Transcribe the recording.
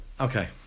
okay